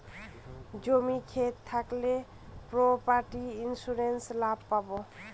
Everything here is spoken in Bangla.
জমি ক্ষেত থাকলে প্রপার্টি ইন্সুরেন্স লাভ পাবো